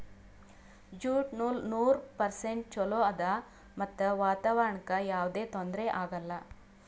jute ನೂಲ್ ನೂರ್ percent ಚೊಲೋ ಆದ್ ಮತ್ತ್ ವಾತಾವರಣ್ಕ್ ಯಾವದೇ ತೊಂದ್ರಿ ಆಗಲ್ಲ